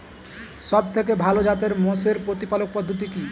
সবথেকে ভালো জাতের মোষের প্রতিপালন পদ্ধতি কি?